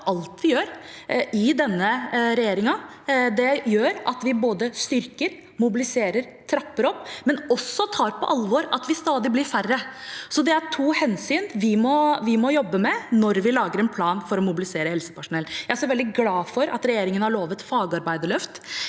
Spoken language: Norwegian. alt vi gjør i denne regjeringen. Det gjør at vi både styrker, mobiliserer og trapper opp, men også tar på alvor at vi blir stadig færre. Det er to hensyn vi må jobbe med når vi lager en plan for å mobilisere helsepersonell. Jeg er også veldig glad for at regjeringen har lovet et fagarbeiderløft,